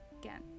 again